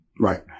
Right